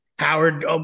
Howard